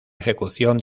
ejecución